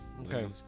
Okay